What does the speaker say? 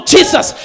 Jesus